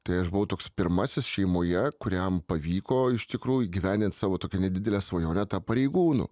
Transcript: tai aš buvau toks pirmasis šeimoje kuriam pavyko iš tikrųjų įgyvendint savo tokią nedidelę svajonę tapt pareigūnu